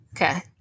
Okay